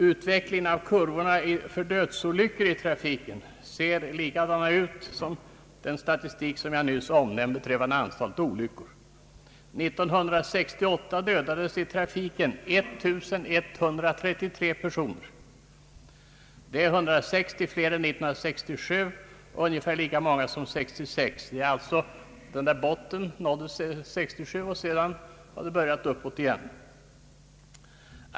Utvecklingen av kurvorna över dödsolyckor i trafiken ser likadan ut som den statistik jag nyss omnämnde på antalet olyckor. 1968 dödades i trafiken 11383 personer. Det är 160 fler än 1967 och ungefär lika många som 1966. Botten nåddes alltså 1967, och sedan har det gått uppåt igen.